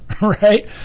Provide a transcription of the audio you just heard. right